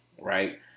Right